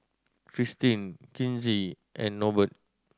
Kristine Kinsey and Norbert